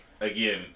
again